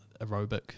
Aerobic